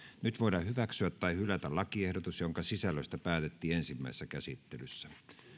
nyt voidaan hyväksyä tai hylätä lakiehdotus jonka sisällöstä päätettiin ensimmäisessä käsittelyssä